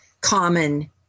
common